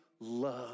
love